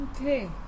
Okay